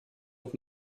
und